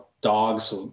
dogs